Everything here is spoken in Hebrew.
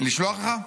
לשלוח לך?